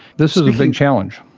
this is a big challenge.